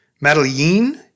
Madeline